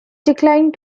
declined